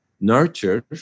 nurture